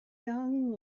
young